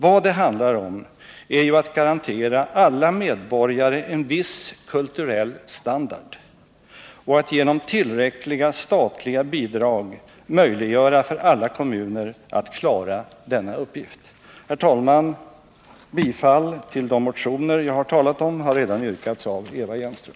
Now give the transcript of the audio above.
Vad det handlar om är ju att garantera alla medborgare en viss kulturell standard och att genom tillräckliga statliga bidrag möjliggöra för alla kommuner att klara denna uppgift. 69 Herr talman! Bifall till de motioner jag har talat om har redan yrkats av Eva Hjelmström.